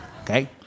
Okay